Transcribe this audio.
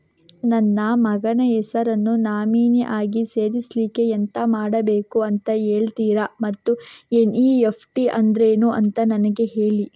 ನನ್ನ ಮಗನ ಹೆಸರನ್ನು ನಾಮಿನಿ ಆಗಿ ಸೇರಿಸ್ಲಿಕ್ಕೆ ಎಂತ ಮಾಡಬೇಕು ಅಂತ ಹೇಳ್ತೀರಾ ಮತ್ತು ಎನ್.ಇ.ಎಫ್.ಟಿ ಅಂದ್ರೇನು ಅಂತ ನನಗೆ ಹೇಳಿ